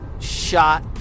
shot